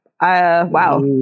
Wow